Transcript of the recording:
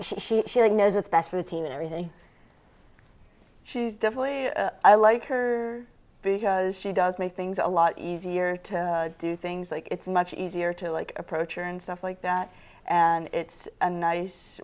she knows what's best for the team and everything she's definitely i like her because she does make things a lot easier to do things like it's much easier to like approach here and stuff like that and it's a nice